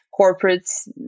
corporates